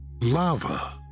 lava